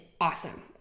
awesome